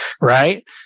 right